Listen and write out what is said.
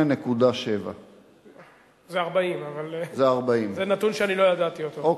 38.7%. זה 40%. זה נתון שאני לא ידעתי אותו,